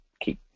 keep